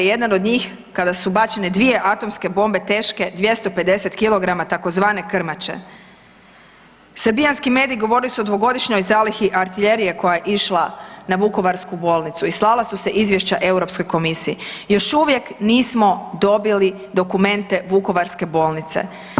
Jedna od njih kada su bačene 2 atomske bombe teške 250 kg tzv. krmače, srbijanski mediji govorili su o dvogodišnjoj zalihi artiljerije koja je išla na vukovarsku bolnicu i slala su se izvješća Europskoj komisiji, još uvijek nismo dobili dokumente vukovarske bolnice.